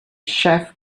chef